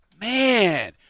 man